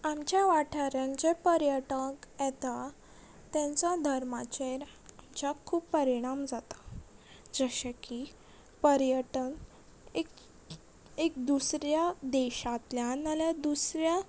आमच्या वाठारान जे पर्यटक येता तेंचो धर्माचेर आमच्या खूब परिणाम जाता जशें की पर्यटन एक एक दुसऱ्या देशांतल्यान नाल्या दुसऱ्या